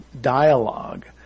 dialogue